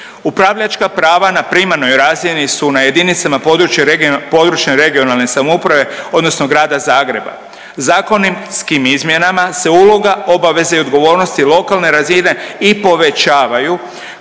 Upravljačka prva na primarnoj razni su na jedinicama područne i regionalne samouprave odnosno Grada Zagreba. Zakonskim izmjenama se uloga obaveze i odgovornosti lokalne razine i povećavaju